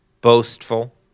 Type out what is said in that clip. boastful